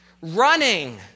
running